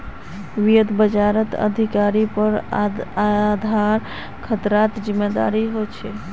वित्त बाजारक अधिकारिर पर आधार खतरार जिम्मादारी ह छेक